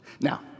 Now